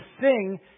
sing